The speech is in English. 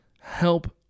help